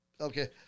okay